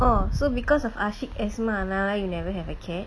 orh so because of ashik asthma mama you never had a cat